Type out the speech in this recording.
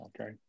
Okay